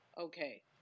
okay